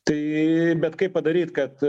tai bet kaip padaryt kad